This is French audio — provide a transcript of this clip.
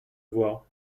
voir